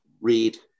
read